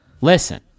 Listen